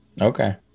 okay